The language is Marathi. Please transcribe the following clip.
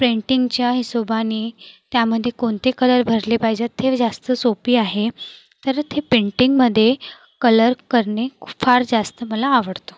पेंटिंगच्या हिशोबाने त्यामध्ये कोणते कलर भरले पाहिजेत ते जास्त सोपी आहे तर ते पेंटिंगमध्ये कलर करणे खूप फार जास्त मला आवडतं